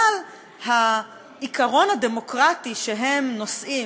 אבל העיקרון הדמוקרטי שהם נושאים,